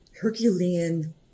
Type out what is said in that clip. Herculean